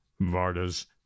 Varda's